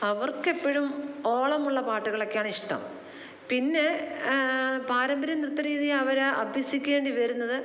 അവർക്ക് എപ്പഴും ഓളമുള്ള പാട്ടുകളൊക്കെയാണ് ഇഷ്ടം പിന്നെ പാരമ്പര്യ നൃത്തരീതി അവർ അഭ്യസിക്കേണ്ടി വരുന്നത്